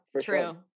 true